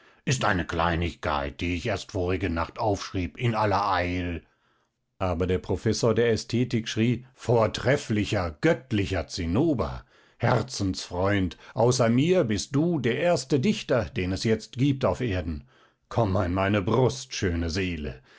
ist eine kleinigkeit die ich erst vorige nacht aufschrieb in aller eil aber der professor der ästhetik schrie vortrefflicher göttlicher zinnober herzensfreund außer mir bist du der erste dichter den es jetzt gibt auf erden komm an meine brust schöne seele